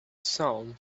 sound